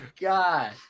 god